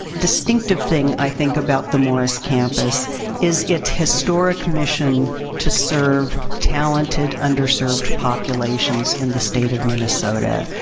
distinctive thing, i think, about the morris campus is its historic mission to serve talented underserved populations in the state of minnesota.